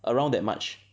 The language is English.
around that much